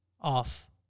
off